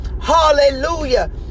Hallelujah